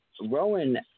Rowan